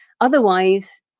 Otherwise